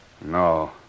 No